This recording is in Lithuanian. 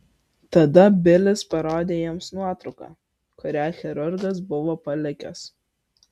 tada bilis parodė jiems nuotrauką kurią chirurgas buvo palikęs